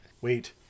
Wait